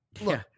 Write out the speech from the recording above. Look